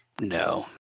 No